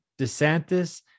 DeSantis